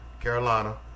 Carolina